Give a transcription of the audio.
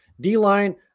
D-line